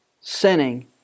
sinning